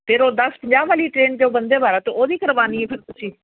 ਫਿਰ ਉਹ ਦਸ ਪੰਜਾਹ ਵਾਲੀ ਟਰੇਨ ਜੋ ਬੰਦੇ ਭਾਰਤ ਉਹਦੀ ਕਰਵਾਉਣੀ ਹੈ ਫਿਰ ਤੁਸੀਂ